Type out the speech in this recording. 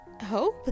hope